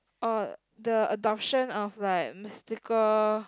oh the adoption of like mystical